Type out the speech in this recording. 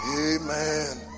amen